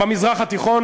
במזרח התיכון